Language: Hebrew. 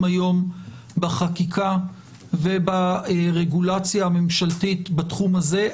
היום בחקיקה וברגולציה הממשלתית בתחום הזה,